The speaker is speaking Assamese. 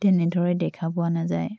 তেনেদৰে দেখা পোৱা নাযায়